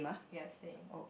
ya same